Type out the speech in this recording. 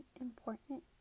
important